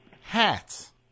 Hats